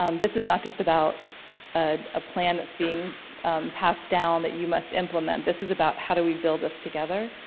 um this is not just about a ah plan that's being passed down that you must implement, this is about how do we build this together?